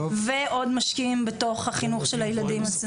ועוד משקיעים בתוך החינוך של הילדים.